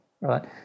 right